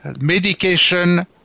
medication